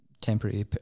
temporary